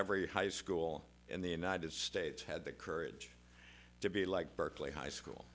every high school in the united states had the courage to be like berkeley high school